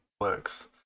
works